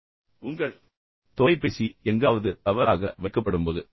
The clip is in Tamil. எனவே உங்கள் தொலைபேசி எங்காவது தவறாக வைக்கப்படும்போது